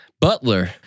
Butler